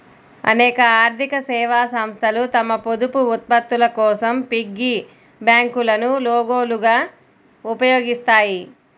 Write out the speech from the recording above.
అనేక ఆర్థిక సేవా సంస్థలు తమ పొదుపు ఉత్పత్తుల కోసం పిగ్గీ బ్యాంకులను లోగోలుగా ఉపయోగిస్తాయి